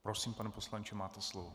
Prosím, pane poslanče, máte slovo.